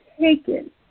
taken